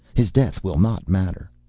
his death will not matter.